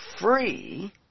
free